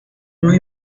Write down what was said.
más